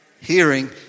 hearing